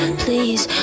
please